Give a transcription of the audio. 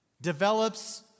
develops